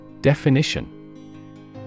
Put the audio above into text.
Definition